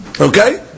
Okay